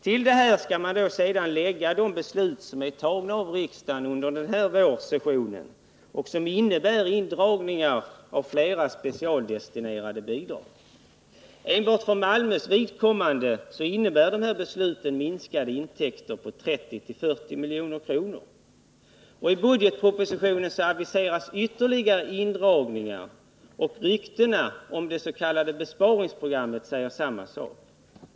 Till detta skall läggas de beslut som är fattade av riksdagen under pågående vårsession och som innebär indragningar av flera specialdestinerade bidrag. Enbart för Malmös vidkommande innebär dessa beslut minskade intäkter på 30-40 milj.kr. I budgetpropositionen aviseras ytterligare indragningar, och ryktena om det s.k. besparingsprogrammet säger samma sak.